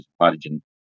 hydrogen